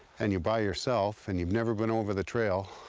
and you're by yourself and you've never been over the trail,